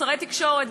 שרי תקשורת,